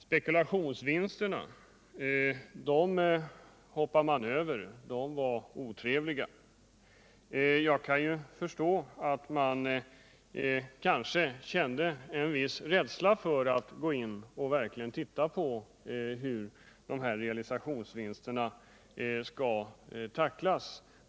Spekulationsvinsterna hoppade man över för de var otrevliga. Jag kan med tanke på den utveckling som har skett förstå att man kanske kände en viss rädsla för frågan om hur spekulationsvinsterna skall tacklas.